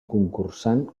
concursant